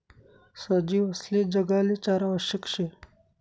सजीवसले जगाले चारा आवश्यक शे